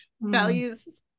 values